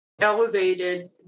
elevated